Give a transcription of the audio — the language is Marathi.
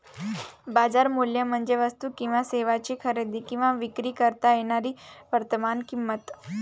बाजार मूल्य म्हणजे वस्तू किंवा सेवांची खरेदी किंवा विक्री करता येणारी वर्तमान किंमत